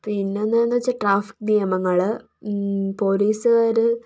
പിന്നെയെന്താണെന്നു വച്ചാൽ ട്രാഫിക്ക് നിയമങ്ങൾ പോലീസുകാർ